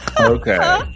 Okay